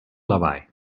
lawaai